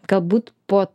galbūt po